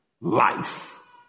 Life